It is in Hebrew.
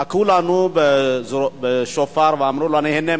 תקעו לנו בשופר ואמרו לנו: הנה,